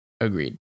Agreed